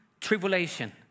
tribulation